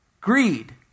greed